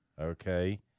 Okay